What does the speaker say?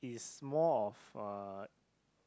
it's more of a